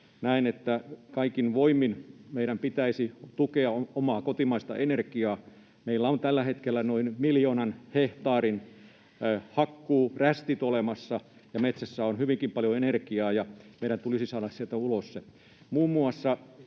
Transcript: Näen, että kaikin voimin meidän pitäisi tukea omaa kotimaista energiaa. Meillä on tällä hetkellä noin miljoonan hehtaarin hakkuurästit olemassa, ja metsässä on hyvinkin paljon energiaa, ja meidän tulisi saada se sieltä ulos.